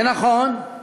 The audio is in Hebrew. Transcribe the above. ונכון,